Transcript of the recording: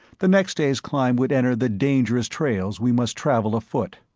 the next day's climb would enter the dangerous trails we must travel afoot.